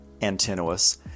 Antinous